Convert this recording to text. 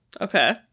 Okay